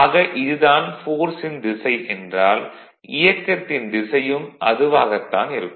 ஆக இது தான் ஃபோர்ஸ் ன் திசை என்றால் இயக்கத்தின் திசையும் அதுவாகத்தான் இருக்கும்